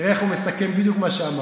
תראה איך הוא מסכם בדיוק מה שאמרת: